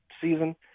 season